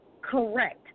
correct